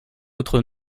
votre